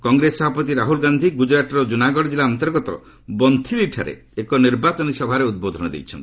କଂଗ୍ରେସ ସଭାପତି ରାହୁଲ ଗାନ୍ଧି ଗୁକ୍ତରାଟର ଜୁନାଗଡ଼ ଜିଲ୍ଲା ଅନ୍ତର୍ଗତ ବନ୍ଥିଲିଠାରେ ଏକ ନିର୍ବାଚନ ସଭାରେ ଉଦ୍ବୋଧନ ଦେଇଛନ୍ତି